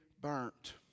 burnt